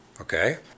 okay